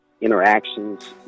interactions